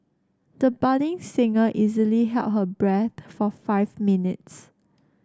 the budding singer easily held her breath for five minutes